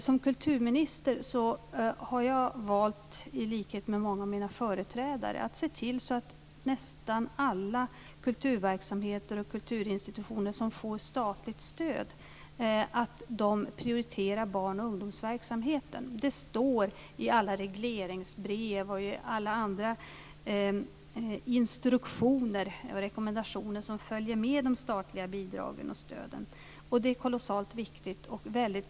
Som kulturminister har jag, i likhet med många av mina företrädare, valt att se till att nästan alla kulturverksamheter och kulturinstitutioner som får statligt stöd prioriterar barn och ungdomsverksamheten. Det står i alla regleringsbrev och i alla andra instruktioner och rekommendationer som följer med de statliga bidragen och stöden. Det är kolossalt viktigt.